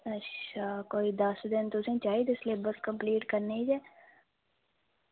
अच्छा कोई दस दिन चाहिदे न तुसेंगी सिलेब्स कम्पलीट करने गी ते